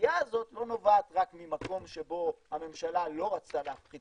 הדחייה הזאת לא נובעת רק ממקום שבו הממשלה לא רצתה להפחית